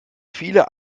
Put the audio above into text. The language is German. viele